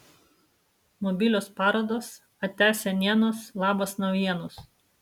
mobilios parodos atia senienos labas naujienos